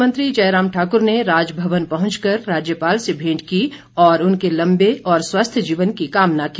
मुख्यमंत्री जयराम ठाक्र ने राजभवन पहुंचकर राज्यपाल से भेंट की और उनके लंबे और स्वस्थ जीवन की कामना की